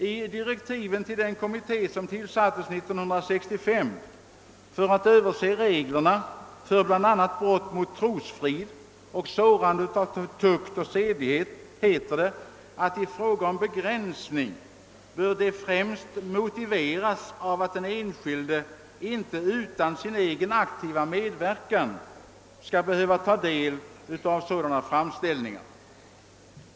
I direktiven till den kommitté som tillsattes 1965 för att överse reglerna för bl.a. brott mot trosfrid och sårande av tukt och sedlighet heter det i fråga om begränsningen att en sådan främst bör motiveras av att den enskilde inte utan sin aktiva medverkan skall behöva ta del av sedlighetssårande framställningar.